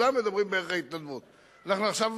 אנחנו עכשיו,